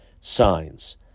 Signs